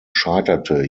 scheiterte